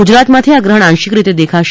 ગુજરાતમાંથી આ ગ્રહણ આંશિક રીતે દેખાશે